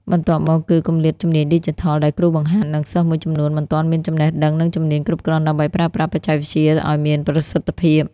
បន្ទាប់មកគឺ គម្លាតជំនាញឌីជីថល ដែលគ្រូបង្ហាត់ និងសិស្សមួយចំនួនមិនទាន់មានចំណេះដឹង និងជំនាញគ្រប់គ្រាន់ដើម្បីប្រើប្រាស់បច្ចេកវិទ្យាឱ្យមានប្រសិទ្ធភាព។